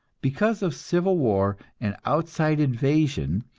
because of civil war and outside invasion,